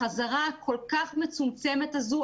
החזרה כל כך מצומצמת זו,